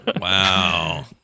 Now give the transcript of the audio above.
Wow